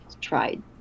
tried